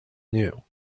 new